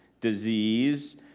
disease